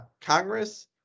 Congress